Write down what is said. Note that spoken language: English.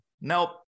nope